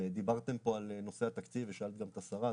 ודיברתם פה על נושא התקציב ושאלתם גם את השרה.